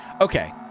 Okay